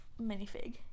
minifig